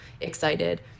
excited